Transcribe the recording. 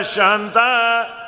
Shanta